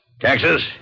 Texas